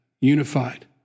unified